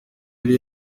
yari